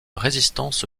résistance